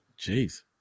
Jeez